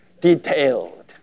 detailed